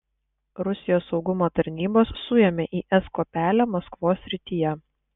rusijos saugumo tarnybos suėmė is kuopelę maskvos srityje